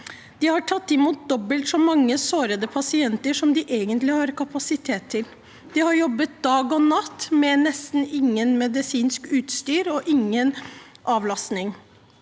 De har tatt imot dobbelt så mange sårede pasienter som de egentlig har kapasitet til. De har jobbet dag og natt nesten uten noe medisinsk utstyr og uten avlastning.